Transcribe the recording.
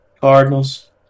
Cardinals